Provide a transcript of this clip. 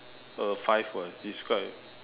uh five was describe